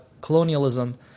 colonialism